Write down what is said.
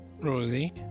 Rosie